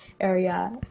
area